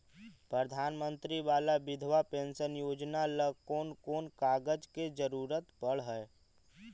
प्रधानमंत्री बाला बिधवा पेंसन योजना ल कोन कोन कागज के जरुरत पड़ है?